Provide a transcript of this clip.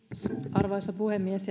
arvoisa puhemies